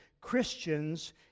Christians